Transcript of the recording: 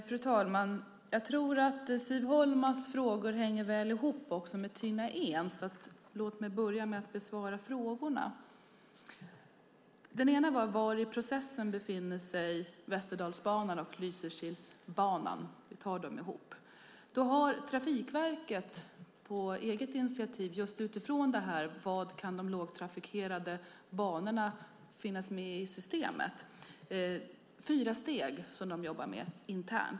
Fru talman! Jag tror att Siv Holmas frågor hänger väl ihop också med Tina Ehns så låt mig börja med att besvara frågorna. Den ena var: Var i processen befinner sig Västerdalsbanan och Lysekilsbanan? Jag tar dem ihop. Trafikverket jobbar på eget initiativ internt med fyra steg just utifrån frågan var de lågtrafikerade banorna kan finnas i systemet.